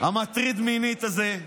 המטריד מינית הזה,